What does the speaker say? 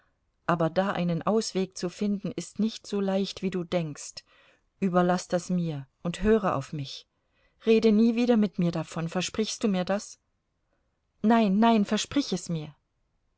aber da einen ausweg zu finden ist nicht so leicht wie du denkst überlaß das mir und höre auf mich rede nie wieder mit mir davon versprichst du mir das nein nein versprich es mir